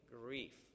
grief